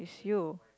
is you